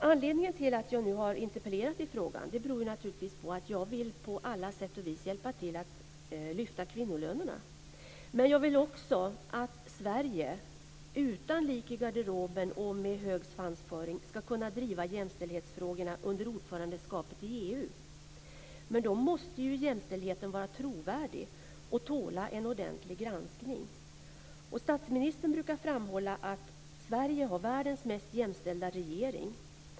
Anledningen till att jag nu har interpellerat i frågan är att jag vill på alla sätt och vis hjälpa till att lyfta kvinnolönerna. Men jag vill också att Sverige utan lik i garderoben och med hög svansföring ska kunna driva jämställdhetsfrågorna under ordförandeskapet i EU. Då måste jämställdheten vara trovärdig och tåla en ordentlig granskning. Statsministern brukar framhålla att Sverige har världens mest jämställda regering.